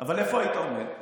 אבל איפה היית עומד?